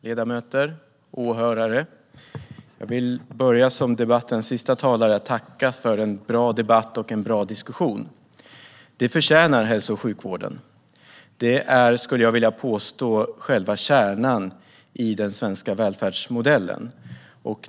Herr talman! Ledamöter och åhörare! Som debattens sista talare vill jag börja med att tacka för en bra debatt och en bra diskussion. Det förtjänar hälso och sjukvården. Den är, skulle jag vilja påstå, själva kärnan i den svenska välfärdsmodellen.